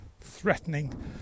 threatening